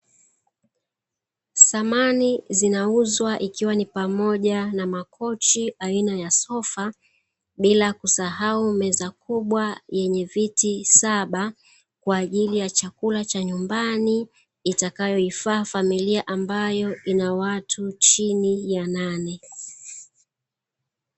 Samani zinauzwa ikiwani pamoja na makochi aina ya sofa bila kusahau meza kubwa yenye viti saba kuajili ya chakula cha nyumbani itakayofaa familia ambayo ina watu chini ya nane.